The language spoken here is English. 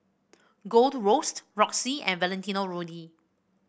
Gold Roast Roxy and Valentino Rudy